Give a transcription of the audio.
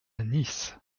nice